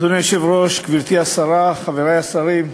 אדוני היושב-ראש, גברתי השרה, חברי השרים,